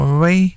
Away